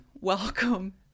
Welcome